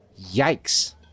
Yikes